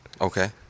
Okay